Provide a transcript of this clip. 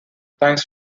thanks